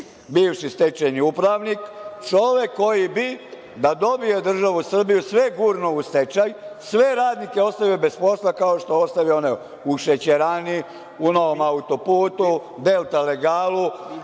bivši stečajni upravnik, čovek koji bi da dobije državu Srbiju sve gurnuo u stečaj, sve radnike ostavio bez posla kao što je ostavio one u šećerani, u novom autoputu, „Delta legalu“.